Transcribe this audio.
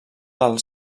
del